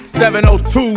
702